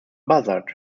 buzzard